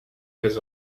his